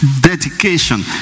dedication